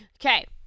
Okay